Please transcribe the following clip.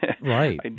Right